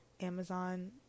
Amazon